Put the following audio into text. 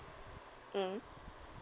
mm